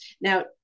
Now